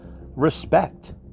respect